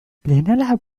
لنلعب